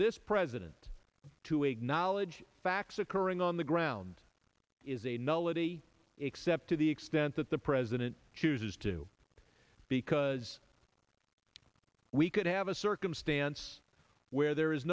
this president to acknowledge facts occurring on the ground is a nullity except to the extent that the president chooses to because we could have a circumstance where there is